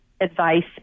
advice